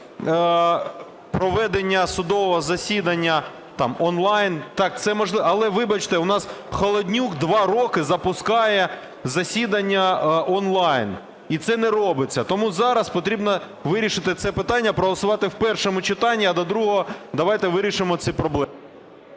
потрібно вирішити це питання, проголосувати в першому читанні, а до другого давайте вирішимо ці проблеми.